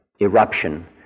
eruption